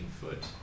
foot